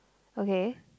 okay